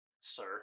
sir